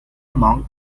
among